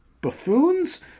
buffoons